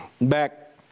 back